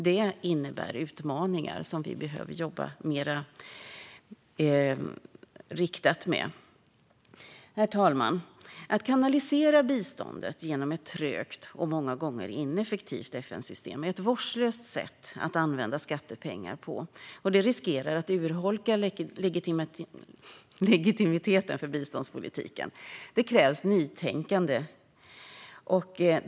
Det innebär utmaningar som vi behöver jobba mer riktat med. Herr talman! Att kanalisera biståndet genom ett trögt och många gånger ineffektivt FN-system är ett vårdslöst sätt att använda skattepengar på, och det riskerar att urholka legitimiteten för biståndspolitiken. Det krävs nytänkande.